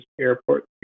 airport